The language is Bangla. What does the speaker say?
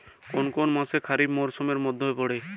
কোন কোন মাস খরিফ মরসুমের মধ্যে পড়ে?